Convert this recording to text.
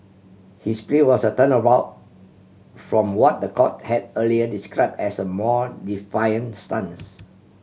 his plea was a turnabout from what the court had earlier describe as a more defiant stance